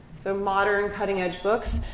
so modern cutting-edge books.